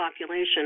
population